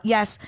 Yes